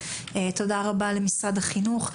ותודה רבה למשרד החינוך.